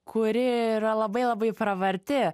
kuri yra labai labai pravarti